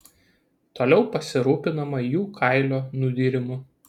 toliau pasirūpinama jų kailio nudyrimu